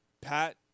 Pat